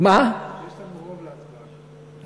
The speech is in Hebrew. יש לנו רוב להצבעה.